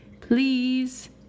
please